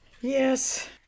Yes